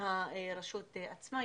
מהרשות עצמה,